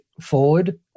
forward